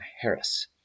Harris